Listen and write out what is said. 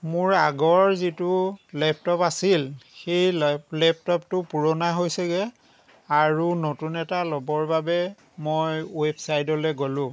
মোৰ আগৰ যিটো লেপটপ আছিল সেই লেপটপটো পুৰণা হৈছেগৈ আৰু নতুন এটা ল'বৰ বাবে মই ৱেবচাইতলৈ গ'লোঁ